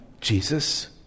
Jesus